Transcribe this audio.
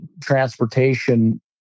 transportation